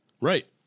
Right